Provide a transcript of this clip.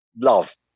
love